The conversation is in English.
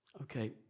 okay